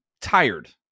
tired